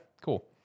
cool